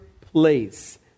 place